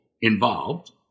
involved